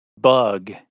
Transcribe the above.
bug